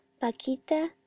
paquita